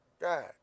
God